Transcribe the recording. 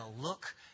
look